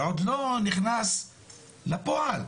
שעוד לא נכנס לפועל,